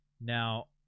now